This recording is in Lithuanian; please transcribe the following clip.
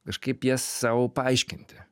kažkaip jas sau paaiškinti